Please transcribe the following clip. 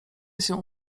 się